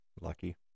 Lucky